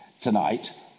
tonight